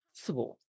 possible